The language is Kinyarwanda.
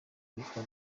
witwa